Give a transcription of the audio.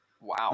Wow